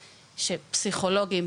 שפסיכולוגים,